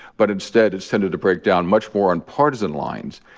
but instead, it's tended to break down much more on partisan lines,